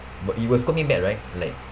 wi~ you will scold me back right like